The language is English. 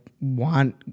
want